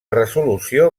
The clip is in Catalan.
resolució